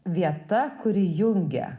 vieta kuri jungia